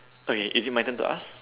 okay is it my turn to ask